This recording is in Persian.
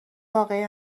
واقعی